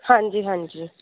ਹਾਂਜੀ ਹਾਂਜੀ